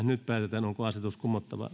nyt päätetään onko asetus kumottava